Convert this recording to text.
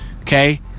Okay